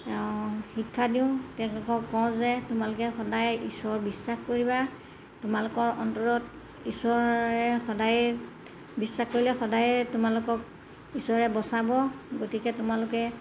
শিক্ষা দিওঁ তেওঁলোকক কওঁ যে তোমালোকে সদায় ঈশ্বৰ বিশ্বাস কৰিবা তোমালোকৰ অন্তৰত ঈশ্বৰে সদায় বিশ্বাস কৰিলে সদায়েই তোমালোকক ঈশ্বৰে বচাব গতিকে তোমালোকে